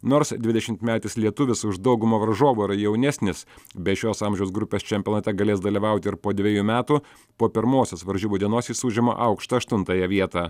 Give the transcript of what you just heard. nors dvidešimtmetis lietuvis už daugumą varžovų yra jaunesnis be šios amžiaus grupės čempionate galės dalyvauti ir po dvejų metų po pirmosios varžybų dienos jis užima aukštą aštuntąją vietą